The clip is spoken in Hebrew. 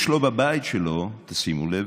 יש לו בבית שלו, שימו לב,